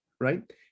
Right